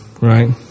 right